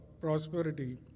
prosperity